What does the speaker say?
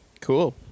Cool